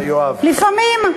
לפעמים.